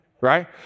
right